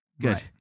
Good